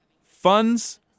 funds